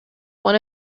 one